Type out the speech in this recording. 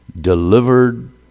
delivered